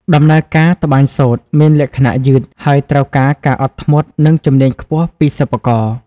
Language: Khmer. ដំណើរការ ត្បាញសូត្រ មានលក្ខណៈយឺត ហើយត្រូវការការអត់ធ្មត់ និងជំនាញខ្ពស់ពីសិប្បករ។